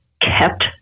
kept